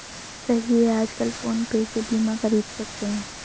सही है आजकल फ़ोन पे से बीमा ख़रीद सकते हैं